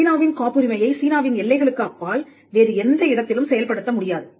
சீனாவின் காப்புரிமையை சீனாவின் எல்லைகளுக்கு அப்பால் வேறு எந்த இடத்திலும் செயல்படுத்த முடியாது